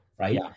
Right